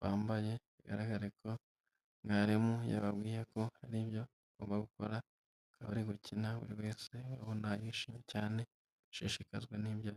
bambaye, bigaragare ko mwarimu yababwiye ko hari ibyo bagomba gukora, bakaba bari gukina buri wese ubona yashimye cyane ashishikajwe n'ibyo...